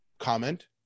comment